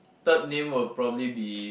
third name will probably be